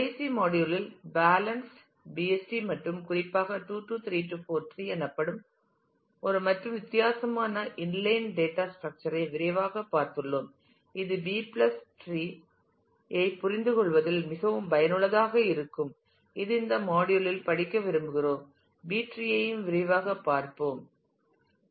கடைசி மாடியுல் இல் balanced BST மற்றும் குறிப்பாக 2 3 4 டிரீ எனப்படும் ஒரு மற்றும் வித்தியாசமான இன்லைன் டேட்டா ஸ்ட்ரக்சர் ஐ விரைவாகப் பார்த்துள்ளோம் இது பி டிரீ B treeஐ புரிந்துகொள்வதில் மிகவும் பயனுள்ளதாக இருக்கும் இது இந்த மாடியுல் இல் படிக்க விரும்புகிறோம் பி டிரீ ஐயும் விரைவாகப் பார்ப்போம்